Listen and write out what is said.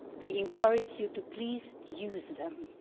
we encourage you to please use them.